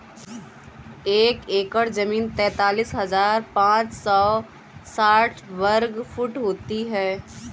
एक एकड़ जमीन तैंतालीस हजार पांच सौ साठ वर्ग फुट होती है